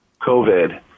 COVID